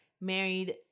married